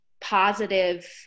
positive